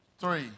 three